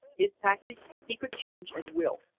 his tactics he could change at will.